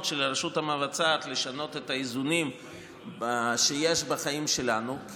של הרשות המבצעת לשנות את האיזונים שיש בחיים שלנו.